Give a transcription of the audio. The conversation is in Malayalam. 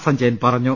സഞ്ജയൻ പറഞ്ഞു